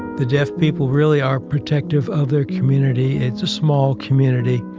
the deaf people really are protective of their community. it's a small community.